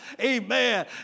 amen